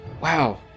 Wow